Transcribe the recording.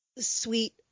sweet